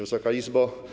Wysoka Izbo!